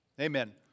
Amen